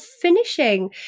finishing